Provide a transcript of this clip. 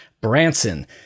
Branson